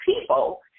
people